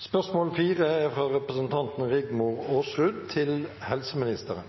Jeg vil stille spørsmål